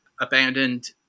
abandoned